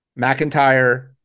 McIntyre